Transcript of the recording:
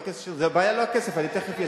חבר הכנסת, הבעיה היא לא הכסף.